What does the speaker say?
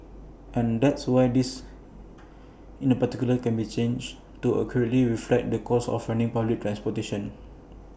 and that's why this in the particular can be change to accurately reflect the cost of running public transportation